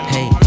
Hey